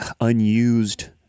unused